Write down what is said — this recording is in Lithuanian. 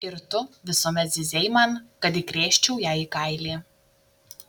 ir tu visuomet zyzei man kad įkrėsčiau jai į kailį